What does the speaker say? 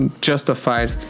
justified